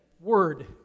word